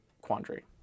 quandary